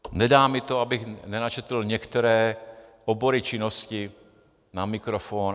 A nedá mi to, abych nenačetl některé obory činnosti na mikrofon.